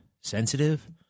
sensitive